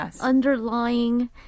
underlying